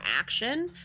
action